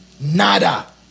nada